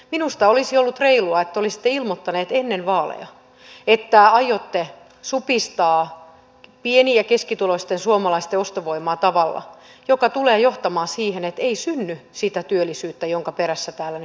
minusta olisi ollut reilua että te olisitte ilmoittaneet ennen vaaleja että aiotte supistaa pieni ja keskituloisten suomalaisten ostovoimaa tavalla joka tulee johtamaan siihen että ei synny sitä työllisyyttä jonka perässä täällä nyt juostaan